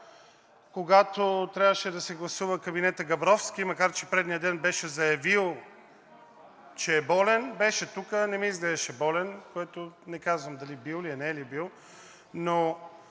когато трябваше да се гласува кабинетът Габровски, макар че предният ден беше заявил, че е болен, беше тук, а не ми изглеждаше на болен. Не казвам бил ли е, не е ли бил, но